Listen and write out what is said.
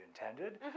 intended